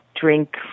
drink